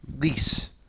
lease